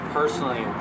personally